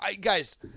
Guys